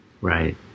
Right